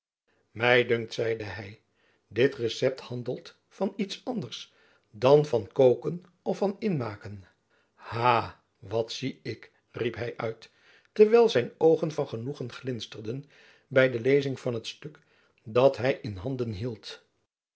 my dunkt zeide hy dit recept handelt van iets anders dan van kooken of van inmaken ha wat zie ik riep hy uit terwijl zijn oogen van genoegen glinsterden by de lezing van het stuk dat hy in handen hield